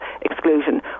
exclusion